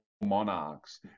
monarchs